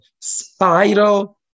spiral